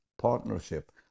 partnership